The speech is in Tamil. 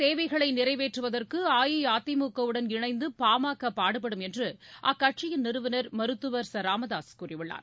தேவைகளைநிறைவேற்றுவதற்குஅஇஅதிமுகஉடன் மக்களின் இணைந்துபா பாடுபடும் என்றுஅக்கட்சியின் நிறுவனர் மருத்துவர் ச ராமதாசுகூறியுள்ளார்